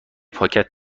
پاکت